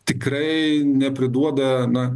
tikrai nepriduoda na